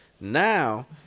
Now